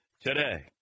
today